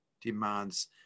demands